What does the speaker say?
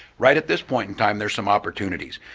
right at this point in time there's some opportunities.